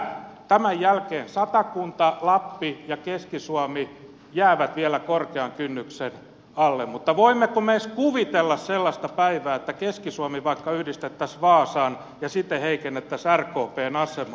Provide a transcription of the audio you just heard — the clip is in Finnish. tämän jälkeen satakunta lappi ja keski suomi jäävät vielä korkean kynnyksen alle mutta voimmeko me edes kuvitella sellaista päivää että keski suomi vaikka yhdistettäisiin vaasaan ja siten heikennettäisiin rkpn asemaa